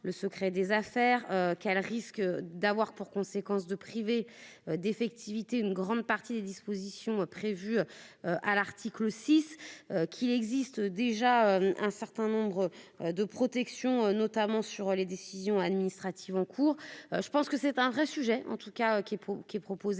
le secret des affaires qu'elle risque d'avoir pour conséquence de priver d'effectivité, une grande partie des dispositions prévues à l'article 6 qui existe déjà un certain nombre de protection, notamment sur les décisions administratives ont. Pour, je pense que c'est un vrai sujet en tout. Qui, qui qui est proposé